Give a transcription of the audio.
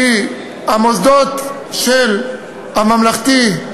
כי המוסדות של הממלכתי,